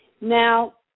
Now